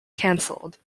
cancelled